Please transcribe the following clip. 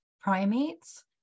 primates